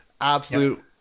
Absolute